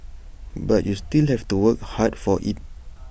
but you still have to work hard for IT